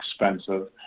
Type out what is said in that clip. expensive